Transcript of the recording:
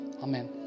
Amen